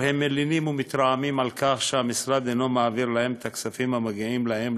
הם מלינים ומתרעמים על כך שהמשרד אינו מעביר להם את הכספים המגיעים להם,